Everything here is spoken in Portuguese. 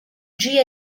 dia